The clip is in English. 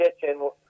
kitchen